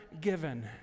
given